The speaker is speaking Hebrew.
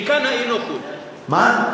מכאן האי-נוחות, מה?